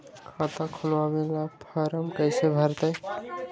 खाता खोलबाबे ला फरम कैसे भरतई?